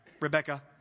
rebecca